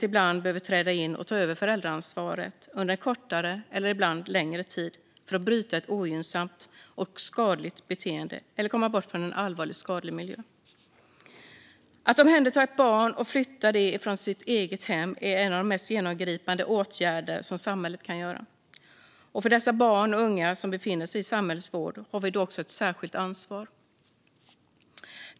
Ibland behöver samhället träda in och ta över föräldraansvaret under en kortare eller längre tid för att bryta ett ogynnsamt och skadligt beteende eller se till att de kommer bort från en allvarligt skadlig miljö. Att omhänderta ett barn och flytta det från dess eget hem är en av de mest genomgripande åtgärder samhället kan vidta. För dessa barn och unga, som befinner sig i samhällets vård, har vi också ett särskilt ansvar.